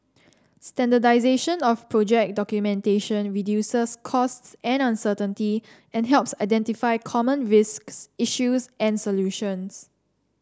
standardisation of project documentation reduces costs and uncertainty and helps identify common risks issues and solutions